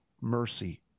mercy